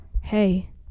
hey